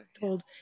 told